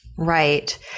Right